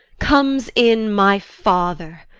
comes in my father,